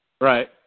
Right